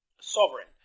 sovereign